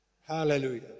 Hallelujah